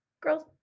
girls